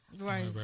right